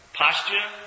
posture